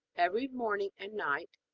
every morning and night,